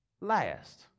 last